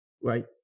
right